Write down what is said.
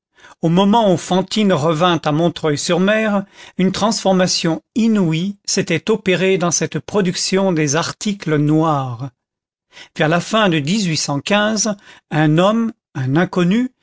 au moment où fantine revint à montreuil sur mer une transformation inouïe s'était opérée dans cette production des articles noirs vers la fin de un homme un inconnu